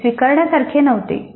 ते स्वीकारण्या सारखे नव्हते